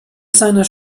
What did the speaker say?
seiner